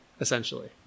essentially